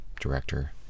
director